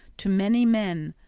to many men,